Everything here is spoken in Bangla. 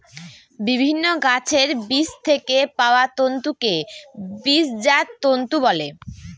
বিভিন্ন গাছের বীজ থেকে পাওয়া তন্তুকে বীজজাত তন্তু বলে